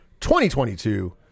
2022